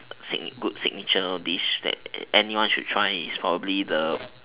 good sig~ good signature dish that anyone should try is probably the